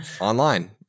online